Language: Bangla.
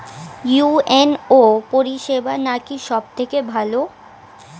ইউ.এন.ও পরিসেবা নাকি সব থেকে ভালো?